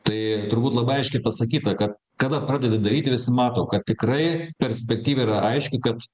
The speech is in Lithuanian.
tai turbūt labai aiškiai pasakyta ka kada pradedi daryti visi mato kad tikrai perspektyva yra aiški kad